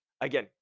again